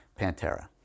Pantera